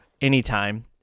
anytime